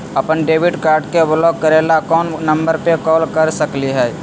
अपन debit card के block करे ला कौन नंबर पे कॉल कर सकली हई?